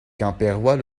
quimpérois